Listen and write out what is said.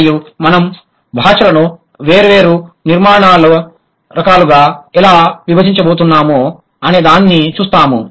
మరియు మనము భాషలను వేర్వేరు నిర్మాణ రకాలుగా ఎలా విభజించబోతున్నామో అనే దాన్ని చూస్తాము